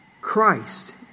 Christ